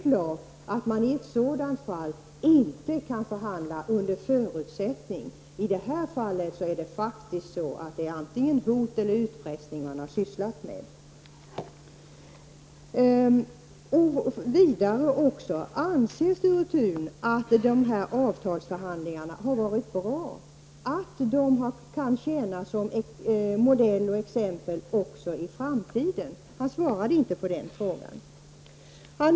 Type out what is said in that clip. Under sådana förutsättningar kan man självfallet inte förhandla. I detta fall har man sysslat med antingen hot eller utpressning. Anser Sture Thun att dessa avtalsförhandlingar har varit bra och att de kan tjäna som modell och exempel också i framtiden? Sture Thun svarade inte på den frågan.